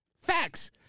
facts